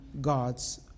God's